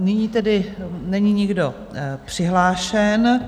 Nyní tedy není nikdo přihlášen.